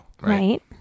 right